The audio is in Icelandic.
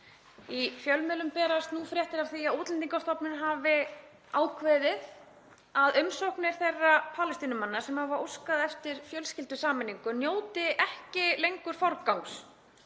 Í fjölmiðlum berast nú fréttir af því að Útlendingastofnun hafi ákveðið að umsóknir þeirra Palestínumanna sem hafa óskað eftir fjölskyldusameiningu njóti ekki lengur forgangs